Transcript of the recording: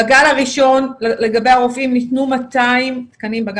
בגל הראשון לגבי הרופאים, ניתנו 200 תקנים.